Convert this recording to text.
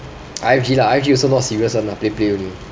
I_F_G lah I_F_G also not serious [one] lah play play only